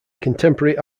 contemporary